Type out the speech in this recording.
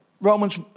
Romans